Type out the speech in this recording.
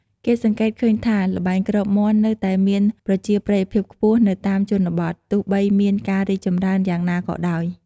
គេសង្កេតឃើញថា ល្បែងគ្របមាន់នៅតែមានប្រជាប្រិយភាពខ្ពស់នៅតាមជនបទ ទោះបីមានការរីកចម្រើនយ៉ាងណាក៏ដោយ។